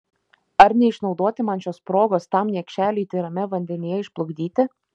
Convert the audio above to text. ar neišnaudoti man šios progos tam niekšeliui tyrame vandenyje išplukdyti